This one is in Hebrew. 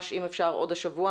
אם אפשר ממש עוד השבוע,